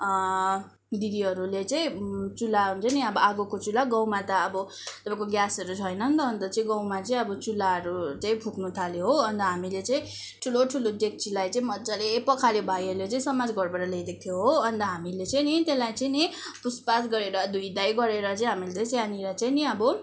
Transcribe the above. दिदीहरूले चाहिँ चुल्हा हुन्छ नि अब आँगोको चुल्हा गाउँमा त अब तपाईँको ग्यासहरू छैन नि त अन्त चाहिँ गाउँमा चाहिँ अब चुल्हाहरू चाहिँ फुक्नुथाल्यो हो अन्त हामीले चाहिँ ठुलो ठुलो डेक्चीलाई चाहिँ मजाले पखाल्यो भाइहरूले चाहिँ समाजघरबाट ल्याइदिएको थियो हो अन्त हामीले चाहिँ नि त्यसलाई चाहिँ नि पुछपाछ गरेर धुइधाइ गरेर चाहिँ हामीले चाहिँ त्यहाँनिर चाहिँ नि अब